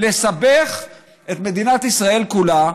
לסבך את מדינת ישראל כולה,